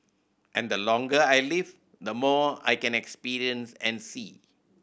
and the longer I live the more I can experience and see